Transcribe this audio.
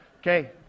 Okay